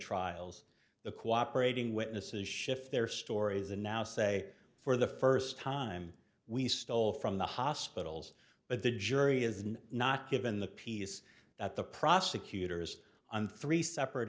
trials the cooperating witnesses shift their stories and now say for the first time we stole from the hospitals but the jury isn't not given the piece that the prosecutors on three separate